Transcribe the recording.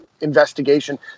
investigation